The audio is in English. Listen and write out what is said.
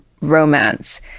romance